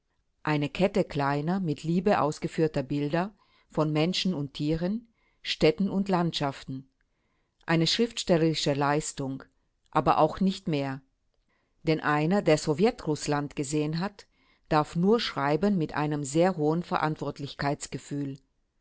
eine kette kleiner mit liebe ausgeführter bilder von menschen und tieren städten und landschaften eine schriftstellerische leistung aber auch nicht mehr denn einer der sowjetrußland gesehen hat darf nur schreiben mit einem sehr hohen